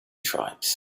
tribes